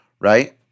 Right